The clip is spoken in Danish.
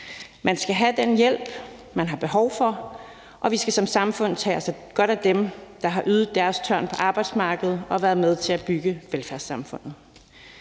Man skal have den hjælp, man har behov for, og vi skal som samfund tage os godt af dem, der har ydet deres tørn på arbejdsmarkedet og været med til at bygge velfærdssamfundet.